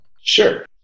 Sure